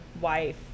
wife